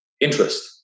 interest